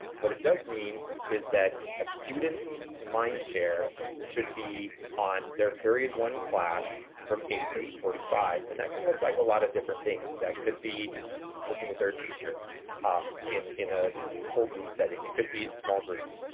what it does mean is that a student's mind share should be on their period one class from eight zero to eight forty five. and that can look like a lot of different things. that could be working with their teacher um in in a whole group setting. it could be in small groups,